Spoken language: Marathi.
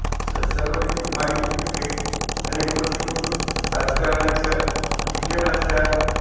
स सर्व याची माहिती मिळते अनेक गोष्टी मिळून राजकारणाच्या शिक्षणाच्या